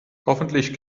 hoffentlich